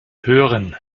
hören